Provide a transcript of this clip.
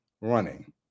running